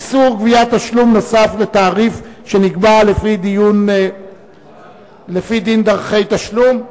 איסור גביית תשלום בנוסף לתעריף שנקבע לפי דין ודרכי תשלום).